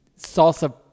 salsa